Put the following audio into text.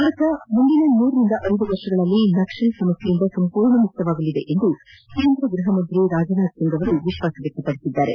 ಭಾರತ ಮುಂದಿನ ಮೂರರಿಂದ ಐದು ವರ್ಷಗಳಲ್ಲಿ ನಕ್ಲಲ್ ಸಮಸ್ನೆಯಿಂದ ಸಂಪೂರ್ಣ ಮುಕ್ತವಾಗಲಿದೆ ಎಂದು ಕೇಂದ್ರ ಗ್ನಹ ಸಚಿವ ರಾಜನಾಥ್ಸಿಂಗ್ ವಿಶ್ವಾಸ ವ್ಯಕ್ತಪಡಿಸಿದ್ದಾರೆ